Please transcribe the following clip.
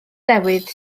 newydd